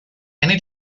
any